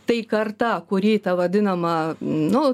tai karta kuri vadinama nu